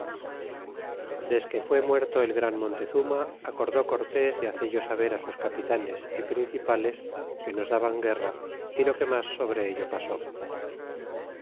cxxvii desque fué muerto el gran montezuma acordé cortés de hace t saber sus capitanes y principales que nos daban guerra y lo que mas sobre ello pasó